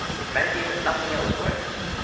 it may be that nothing else works.